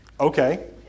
okay